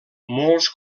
molts